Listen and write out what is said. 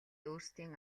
өөрсдийн